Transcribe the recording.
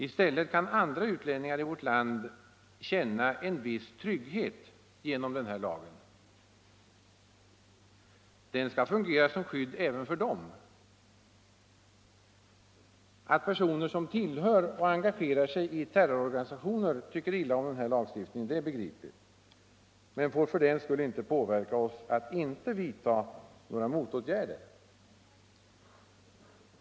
I stället kan andra utlänningar i vårt land känna en viss trygghet på grund av denna lag. Den skall fungera som skydd även för dem. Att personer som tillhör och engagerar sig i terrororganisationer tycker illa om denna lagstiftning är begripligt, men det får inte påverka oss så att vi inte vidtar några motåtgärder.